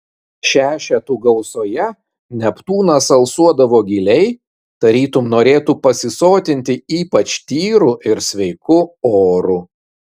šešetų gausoje neptūnas alsuodavo giliai tarytum norėtų pasisotinti ypač tyru ir sveiku oru